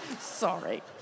Sorry